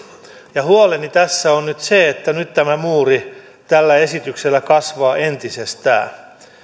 ja huoleni tässä on nyt se että nyt tämä muuri tällä esityksellä kasvaa entisestään